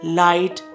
light